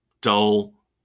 dull